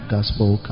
Gospel